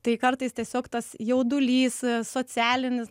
tai kartais tiesiog tas jaudulys socialinis